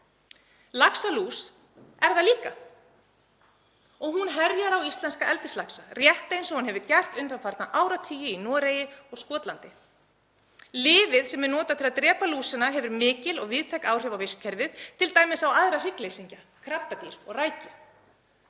Laxalús er það líka og hún herjar á íslenska eldislaxa rétt eins og hún hefur gert undanfarna áratugi í Noregi og Skotlandi. Lyfið sem er notað til að drepa lúsina hefur mikil og víðtæk áhrif á vistkerfið, t.d. á aðra hryggleysingja; krabbadýr og rækju.